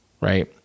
right